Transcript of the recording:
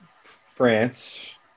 France